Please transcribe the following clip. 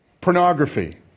Pornography